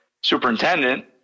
superintendent